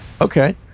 okay